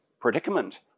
predicament